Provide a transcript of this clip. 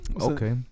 okay